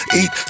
eat